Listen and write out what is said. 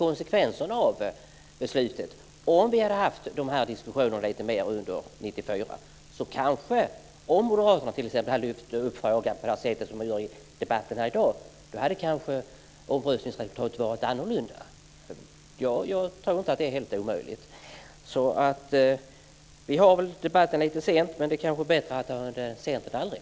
Om vi hade haft dessa diskussioner under 1994 och om Moderaterna hade lyft fram frågan på det sätt som man gör i debatten här i dag, då hade kanske omröstningsresultatet blivit annorlunda. Jag tror inte att det är helt omöjligt. Vi för debatten lite sent, men det är väl bättre att ha den sent än aldrig.